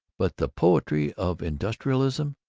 but the poetry of industrialism,